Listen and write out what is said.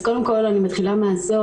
אז קודם כל אני מתחילה מהסוף.